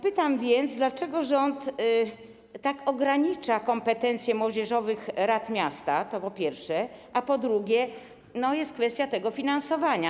Pytam więc, dlaczego rząd tak ogranicza kompetencje młodzieżowych rad miasta, to po pierwsze, a po drugie, kwestia tego finansowania.